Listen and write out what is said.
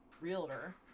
realtor